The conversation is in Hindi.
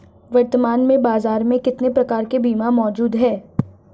वर्तमान में बाज़ार में कितने प्रकार के बीमा मौजूद हैं?